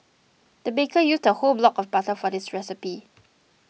the baker used a whole block of butter for this recipe